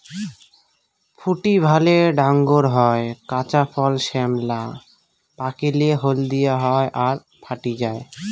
ফুটি ভালে ডাঙর হয়, কাঁচা ফল শ্যামলা, পাকিলে হলদিয়া হয় আর ফাটি যায়